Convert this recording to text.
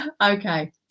Okay